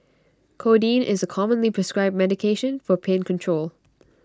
codeine is A commonly prescribed medication for pain control